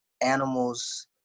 animals